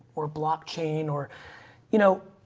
or blockchain or you know,